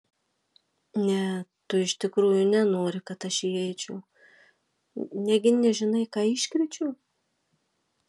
ne tu iš tikrųjų nenori kad aš įeičiau negi nežinai ką iškrėčiau